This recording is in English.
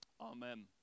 Amen